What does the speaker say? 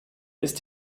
ist